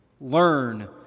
learn